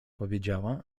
powiedziała